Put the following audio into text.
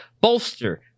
bolster